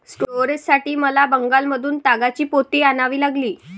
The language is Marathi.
स्टोरेजसाठी मला बंगालमधून तागाची पोती आणावी लागली